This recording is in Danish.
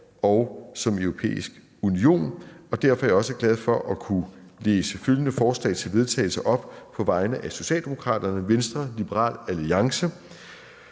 og som europæisk union. Derfor er jeg også glad for at kunne læse følgende forslag til vedtagelse op på vegne af Socialdemokratiet, Venstre, Liberal Alliance,